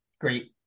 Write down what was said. Great